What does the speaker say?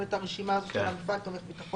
את הרשימה הזאת של מפעל תומך ביטחון.